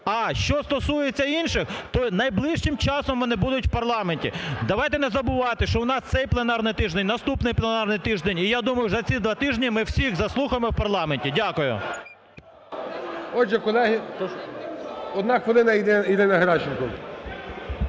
А що стосується інших, то найближчим часом вони будуть в парламенті. Давайте не забувати, що у нас цей планерний тиждень, наступний пленарний тиждень, і я думаю, за ці два тижні ми всіх заслухаємо в парламенті. Дякую. ГОЛОВУЮЧИЙ. Отже, колеги, прошу…